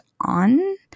on